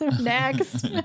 Next